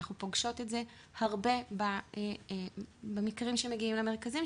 אנחנו פוגשות את זה הרבה במקרים שמגיעים למרכזים,